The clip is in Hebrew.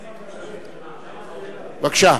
בבקשה.